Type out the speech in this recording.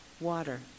water